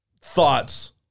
Thoughts